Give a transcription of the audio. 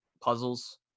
puzzles